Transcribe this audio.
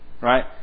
Right